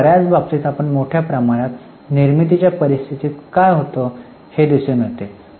पण बर्याच बाबतीत आपण मोठ्या प्रमाणात निर्मितीच्या परिस्थितीत काय होता हे दिसून येते